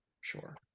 sure